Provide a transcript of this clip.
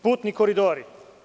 Putni koridori.